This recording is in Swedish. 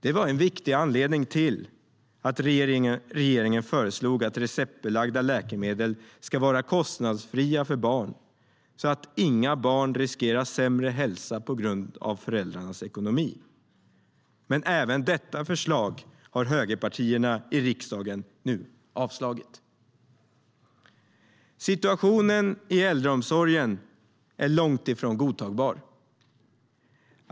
Det var en viktig anledning till att regeringen föreslog att receptbelagda läkemedel ska vara kostnadsfria för barn så att inget barn riskerar sämre hälsa på grund av föräldrarnas ekonomi. Även detta är ett förslag som högerpartierna i riksdagen nu har avslagit. Situationen i äldreomsorgen är långt ifrån godtagbar.